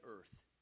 earth